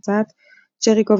הוצאת צ'ריקובר,